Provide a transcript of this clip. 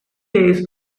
days